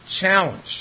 challenge